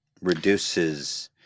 reduces